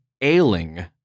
ailing